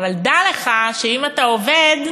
אבל דע לך שאם אתה עובד,